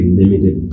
limited